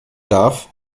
darf